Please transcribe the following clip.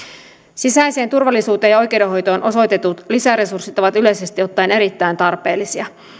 sisäiseen turvallisuuteen ja oikeudenhoitoon osoitetut lisäresurssit ovat yleisesti ottaen erittäin tarpeellisia